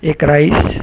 एक राईस